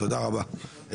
(היו"ר ארז מלול) תודה רבה.